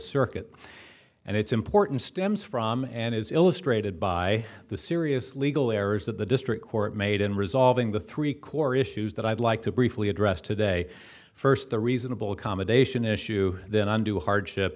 circuit and it's important stems from and is illustrated by the serious legal errors that the district court made in resolving the three core issues that i'd like to briefly address today first the reasonable accommodation issue then undue hardship